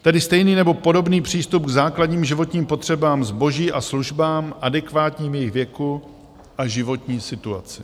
Tedy stejný nebo podobný přístup k základním životním potřebám, zboží a službám adekvátním jejich věku a životní situaci.